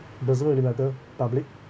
doesn't really matter public